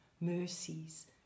mercies